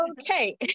okay